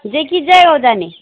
जे कि जयगाउँ जाने